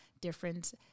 different